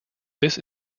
this